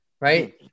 right